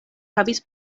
havis